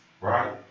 right